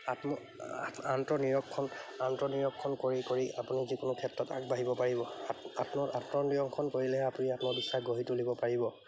আত্ম আন্তনিৰক্ষণ আন্তনিৰক্ষণ কৰি আপুনি যিকোনো ক্ষেত্ৰত আগবাঢ়িব পাৰিব আত আত্মনিকক্ষণ কৰিলেহে আপুনি আত্মবিশ্বাস গঢ়ি তুলিব পাৰিব